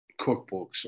cookbooks